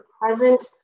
present